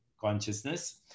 consciousness